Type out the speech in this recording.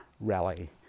rally